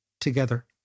together